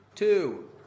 Two